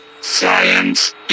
science